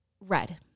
red